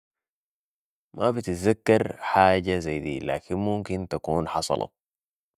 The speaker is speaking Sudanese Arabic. ما بتزكرحاجه ذي دي لكن ممكن تكون حصلت